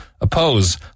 oppose